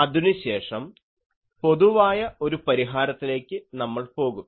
അതിനുശേഷം പൊതുവായ ഒരു പരിഹാരത്തിലേക്ക് നമ്മൾ പോകും